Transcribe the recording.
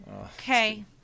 Okay